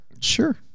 sure